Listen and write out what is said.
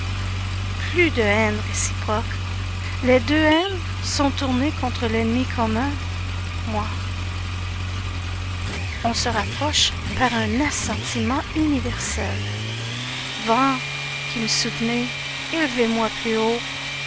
plus de haine réciproque les deux haines sont tournées contre l'ennemi commun moi on se rapproche par un assentiment universel vents qui me soutenez élevez moi plus haut